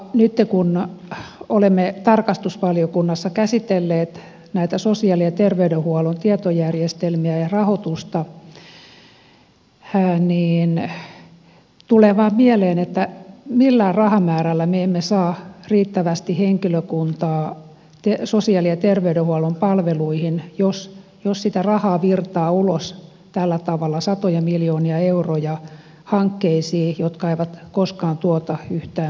nyt kun olemme tarkastusvaliokunnassa käsitelleet näitä sosiaali ja terveydenhuollon tietojärjestelmiä ja rahoitusta tulee vain mieleen että millään rahamäärällä me emme saa riittävästi henkilökuntaa sosiaali ja terveydenhuollon palveluihin jos sitä rahaa virtaa ulos tällä tavalla satoja miljoonia euroja hankkeisiin jotka eivät koskaan tuota yhtään mitään